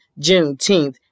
Juneteenth